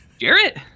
Jarrett